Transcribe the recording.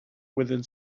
within